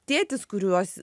tėtis kuriuos